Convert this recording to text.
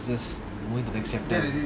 it's just moving to next chapter